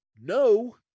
no